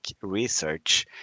research